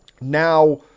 now